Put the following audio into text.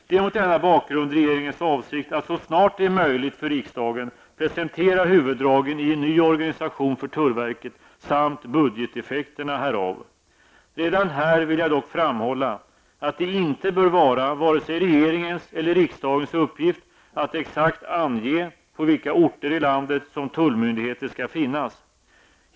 Det är mot denna bakgrund regeringens avsikt att så snart det är möjligt för riksdagen presentera huvuddragen i en ny organisation för tullverket samt budgeteffekterna härav. Redan här vill jag dock framhålla att det inte bör vara vare sig regeringens eller riksdagens uppgift att exakt ange på vilka orter i landet som tullmyndigheter skall finnas.